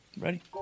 Ready